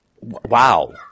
wow